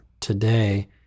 today